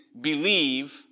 believe